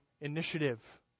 initiative